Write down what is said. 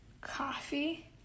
coffee